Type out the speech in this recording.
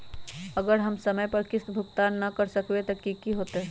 अगर हम समय पर किस्त भुकतान न कर सकवै त की होतै?